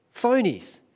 phonies